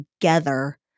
together